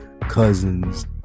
cousins